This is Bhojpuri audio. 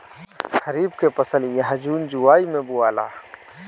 खरीफ के फसल इहा जून जुलाई में बोआला